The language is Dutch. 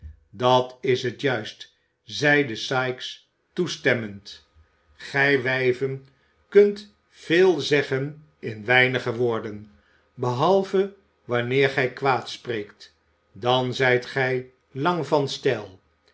dat is het juist zeide sikes toestemmend gij wijven kunt veel zeggen in weinige woorden behalve wanneer gij kwaadspreekt dan zijt gij lang van stijl